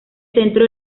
centro